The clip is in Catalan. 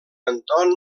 anton